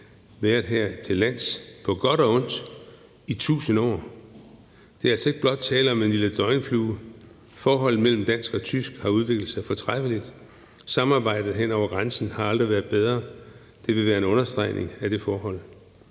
været hertillands på godt og ondt i tusind år. Der er altså ikke blot tale om en lille døgnflue. Forholdet mellem det danske og tyske har udviklet sig fortræffeligt, og samarbejdet hen over grænsen har aldrig været bedre. Det vil være en understregning af det forhold.